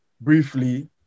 briefly